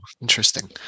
Interesting